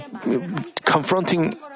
Confronting